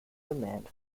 demand